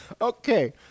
Okay